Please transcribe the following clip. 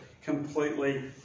completely